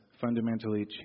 fundamentally